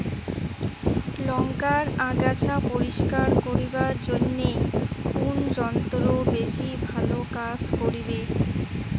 লংকার আগাছা পরিস্কার করিবার জইন্যে কুন যন্ত্র বেশি ভালো কাজ করিবে?